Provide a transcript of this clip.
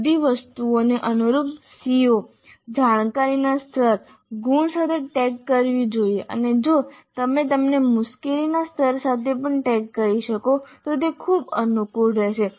બધી વસ્તુઓને અનુરૂપ CO જાણકારીના સ્તર ગુણ સાથે ટેગ કરવી જોઈએ અને જો તમે તેમને મુશ્કેલીના સ્તર સાથે પણ ટેગ કરી શકો તો તે ખૂબ અનુકૂળ રહેશે